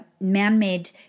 man-made